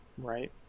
right